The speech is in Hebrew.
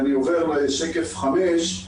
אני עובר לשקף 5,